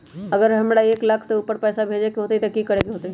अगर हमरा एक लाख से ऊपर पैसा भेजे के होतई त की करेके होतय?